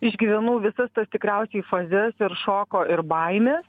išgyvenau visas tas tikriausiai fazes ir šoko ir baimės